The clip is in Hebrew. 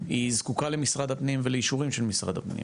היא זקוקה למשרד הפנים ולאישורים של משרד הפנים,